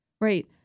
Right